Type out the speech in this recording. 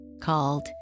called